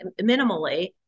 minimally